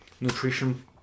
nutrition